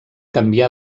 canvià